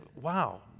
wow